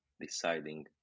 deciding